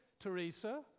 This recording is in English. Teresa